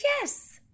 yes